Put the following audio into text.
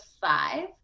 five